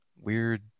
weird